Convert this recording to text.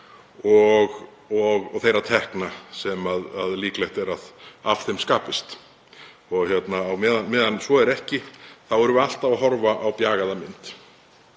og þeirra tekna sem líklegt er að af henni skapist. Meðan svo er ekki þá erum við alltaf að horfa á bjagaða mynd.